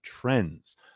trends